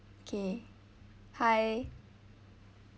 okay hi